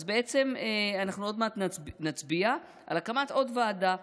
אז בעצם אנחנו עוד מעט נצביע על הקמת עוד ועדה.